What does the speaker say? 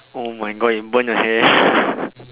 oh my God you burned your hair